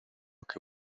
que